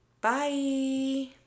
Bye